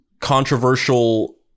controversial